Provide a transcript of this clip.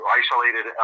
isolated